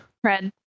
Fred